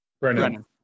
Brennan